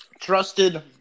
trusted